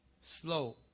slow